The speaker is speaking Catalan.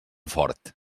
fort